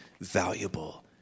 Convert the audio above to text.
valuable